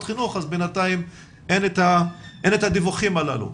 חינוך אז בינתיים אין את הדיווחים האלה.